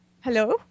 Hello